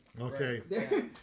Okay